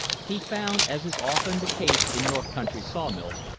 he found, as is often the case in north-country sawmills,